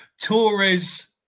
Torres